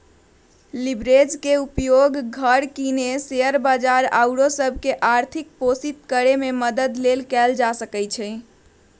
leverage के उपयोग घर किने, शेयर बजार आउरो सभ के आर्थिक पोषित करेमे मदद लेल कएल जा सकइ छै